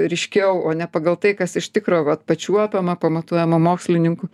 ryškiau o ne pagal tai kas iš tikro vat pačiuopiama pamatuojama mokslininkų